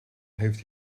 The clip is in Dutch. heeft